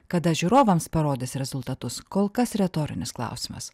kada žiūrovams parodys rezultatus kol kas retorinis klausimas